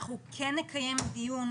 אנחנו כן נקיים דיון,